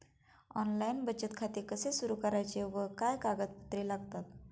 Online बचत खाते कसे सुरू करायचे व काय कागदपत्रे लागतात?